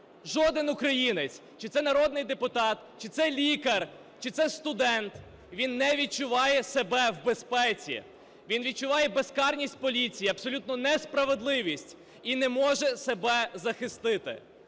жоден українець, чи це народний депутат, чи це лікар, чи це студент, він не відчуває себе в безпеці, він відчуває безкарність поліції і абсолютну несправедливість і не може себе захистити.